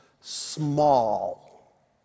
small